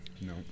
No